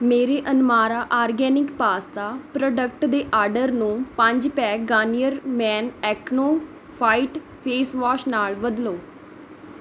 ਮੇਰੇ ਅਨਮਾਰਾ organic pasta product ਦੇ ਆਡਰ ਨੂੰ ਪੰਜ pack Garnier men AcnoFight face wash ਨਾਲ਼ ਬਦਲੋ